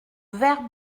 vert